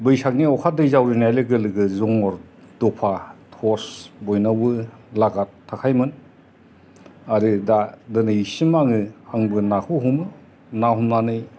बैसागनि अखा दै जावरिनाय लोगो लोगो जंगर दफा थस बयनावबो लागाद थाखायोमोन आरो दा दोनैसिम आङो आंबो नाखौ हमो ना हमनानै